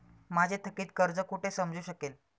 माझे थकीत कर्ज कुठे समजू शकेल?